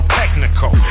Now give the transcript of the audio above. technical